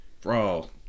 bro